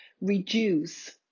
reduce